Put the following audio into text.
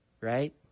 right